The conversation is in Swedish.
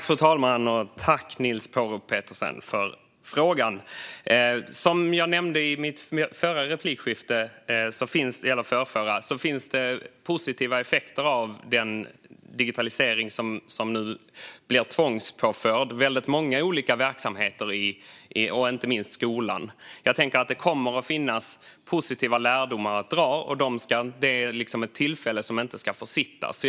Fru talman! Tack, Niels Paarup-Petersen för frågan! Som jag nämnde i ett tidigare replikskifte finns det positiva effekter av den digitalisering som nu blir tvångspåförd väldigt många olika verksamheter och inte minst skolan. Jag tänker att det kommer att finnas positiva lärdomar att dra och att det är ett tillfälle som inte ska försittas.